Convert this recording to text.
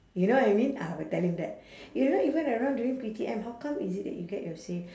you know what I mean ah I will tell him that you're not even around during P_T_M how come is it that you get your say